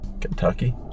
Kentucky